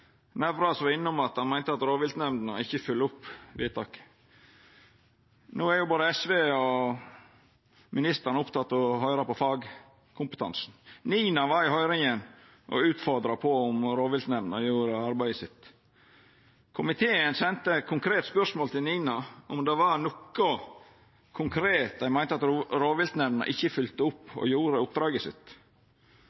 at representanten Nævra meinte at rovviltnemndene ikkje følgjer opp vedtak. No er både SV og ministeren opptekne av å høyra på fagkompetansen. NINA vart i høyringa utfordra på om rovviltnemndene gjorde arbeidet sitt. Komiteen sende konkret spørsmål til NINA om det var noko konkret dei meinte at rovviltnemndene ikkje følgde opp